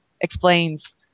explains